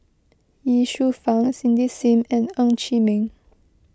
Ye Shufang Cindy Sim and Ng Chee Meng